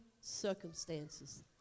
circumstances